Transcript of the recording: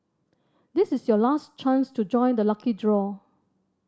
this is your last chance to join the lucky draw